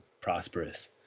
prosperous